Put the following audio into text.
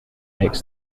makes